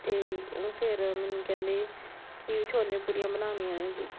ਅਤੇ ਉਹ ਫਿਰ ਮੈਨੂੰ ਕਹਿੰਦੇ ਕਿ ਛੋਲੇ ਪੂਰੀਆਂ ਬਣਾਉਣੀਆਂ ਨੇ ਜੀ